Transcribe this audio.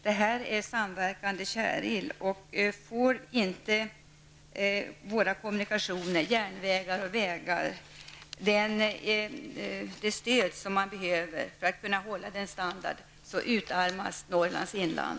Detta är samverkande kärl, och får inte våra vägar och järnvägar det stöd som behövs för att standarden skall kunna bibehållas, utarmas Norrlands inland.